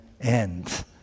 end